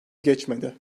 geçmedi